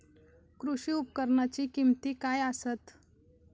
कृषी उपकरणाची किमती काय आसत?